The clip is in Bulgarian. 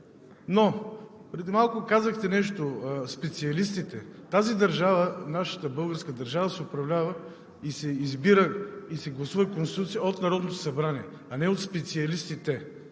Но преди малко казахте нещо: специалистите. Тази държава, нашата българска държава, се управлява и се гласува Конституция от Народното събрание, а не от специалистите.